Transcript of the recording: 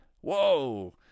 Whoa